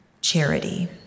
charity